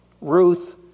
Ruth